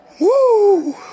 Woo